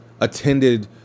attended